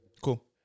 Cool